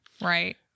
right